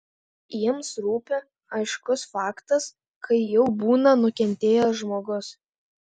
jiems rūpi aiškus faktas kai jau būna nukentėjęs žmogus